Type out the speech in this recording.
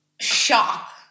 shock